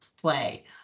play